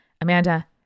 amanda